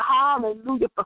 hallelujah